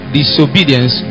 disobedience